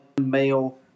male